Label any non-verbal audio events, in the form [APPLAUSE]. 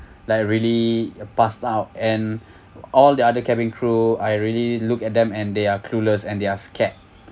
like really a passed out and [BREATH] all the other cabin crew I really look at them and they are clueless and they're scared